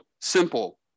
simple